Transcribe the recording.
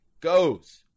goes